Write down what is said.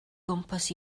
gwmpas